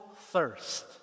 thirst